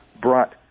brought